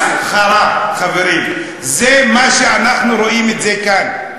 מסחרה, חברים, זה מה שאנחנו רואים כאן.